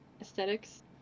aesthetics